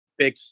big